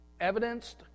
evidenced